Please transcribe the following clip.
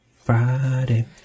Friday